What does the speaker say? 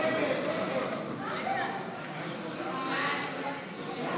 ההצעה להעביר